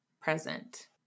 present